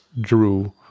drew